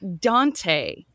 Dante